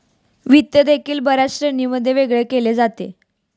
वित्त देखील बर्याच श्रेणींमध्ये वेगळे केले जाते